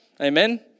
Amen